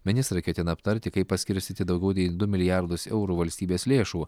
ministrai ketina aptarti kaip paskirstyti daugiau nei du milijardus eurų valstybės lėšų